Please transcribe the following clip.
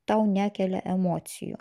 tau nekelia emocijų